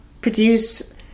produce